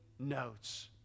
notes